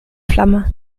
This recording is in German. flamme